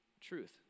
truth